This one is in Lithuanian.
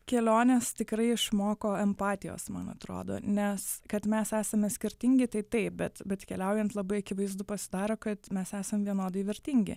kelionės tikrai išmoko empatijos man atrodo nes kad mes esame skirtingi tai taip bet bet keliaujant labai akivaizdu pasidaro kad mes esam vienodai vertingi